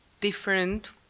different